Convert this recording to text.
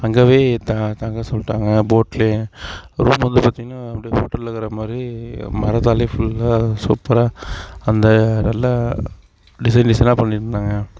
அங்கயே த தங்க சொல்லிட்டாங்க போட்லயே ரூம் வந்து பார்த்தீங்கன்னா அப்படியே ஹோட்டல்லருக்குற மாதிரி மரத்தாலையே ஃபுல்லா சூப்பராக அந்த நல்லா டிஸைன் டிஸைனாக பண்ணிருந்தாங்கள்